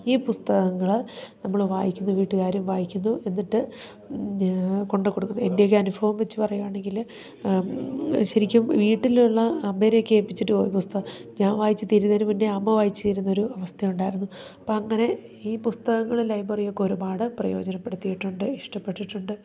ഈ പുസ്തകങ്ങൾ നമ്മൾ വായിക്കുന്നു വീട്ടുകാരും വായിക്കുന്നു എന്നിട്ട് കൊണ്ടു കൊടുക്കുന്നു എൻ്റെയൊക്കെ അനുഭവം വെച്ച് പറയുകയാണെങ്കിൽ ശരിക്കും വീട്ടിലുള്ള അമ്മയുടെയൊക്കെ ഏപ്പിച്ചിട്ട് പോകും പുസ്തകം ഞാൻ വായിച്ച് തിരുന്നതിനും മുൻപേ അമ്മ വായിച്ചിരുന്നൊരു അവസ്ഥയുണ്ടായിരുന്നു അപ്പം അങ്ങനെ ഈ പുസ്തകങ്ങൾ ലൈബ്രറിയൊക്കെ ഒരുപാട് പ്രയോജനപ്പെടുത്തിയിട്ടുണ്ട് ഇഷ്ടപ്പെട്ടിട്ടുണ്ട്